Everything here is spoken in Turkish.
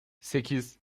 sekiz